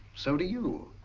so do you.